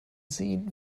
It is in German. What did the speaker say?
sehen